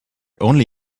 only